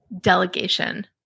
delegation